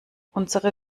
unsere